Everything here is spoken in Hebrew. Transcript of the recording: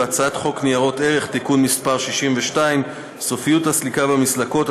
ובהצעת חוק ניירות ערך (תיקון מס' 62) (סופיות הסליקה במסלקות),